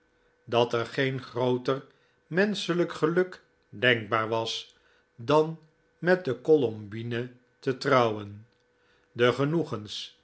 dat er geen grooter menschelijk geluk denkbaar was dan met colombine te trouwen de genoegens